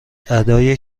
ادای